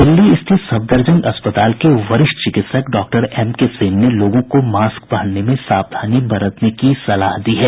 दिल्ली स्थित सफदरजंग अस्पताल के वरिष्ठ चिकित्सक डॉक्टर एम के सेन ने लोगों को मास्क पहनने में सावधानी बरतने की सलाह दी है